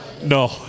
No